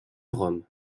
rome